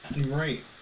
Right